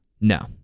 No